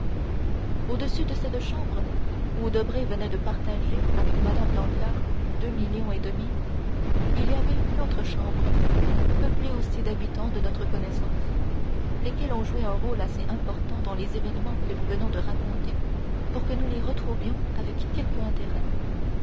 au-dessus de cette chambre où debray venait de partager avec mme danglars deux millions et demi il y avait une autre chambre peuplée aussi d'habitants de notre connaissance lesquels ont joué un rôle assez important dans les événements que nous venons de raconter pour que nous les retrouvions avec quelque intérêt